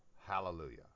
Hallelujah